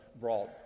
brought